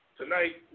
tonight